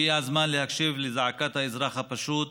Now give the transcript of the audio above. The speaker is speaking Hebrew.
הגיע הזמן להקשיב לזעקת האזרח הפשוט